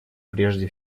прежде